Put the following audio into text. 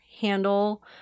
handle